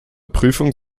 prüfung